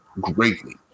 greatly